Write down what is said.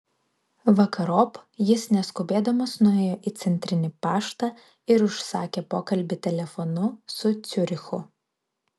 vakarop jis neskubėdamas nuėjo į centrinį paštą ir užsakė pokalbį telefonu su ciurichu